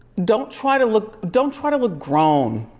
don't try to look don't try to look grown.